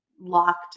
locked